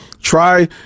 Try